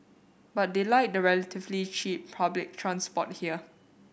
but they like the relatively cheap public transport here